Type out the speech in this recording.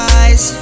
eyes